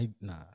nah